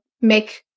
make